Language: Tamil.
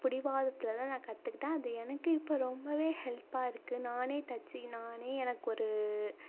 பிடிவாதத்துலதா நான் கற்றுக்கிட்டேன் அது எனக்கு இப்போ ரொம்பவே ஹெல்ப்பாக இருக்குது நானே தச்சு நானே எனக்கு ஒரு